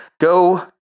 Go